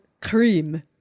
cream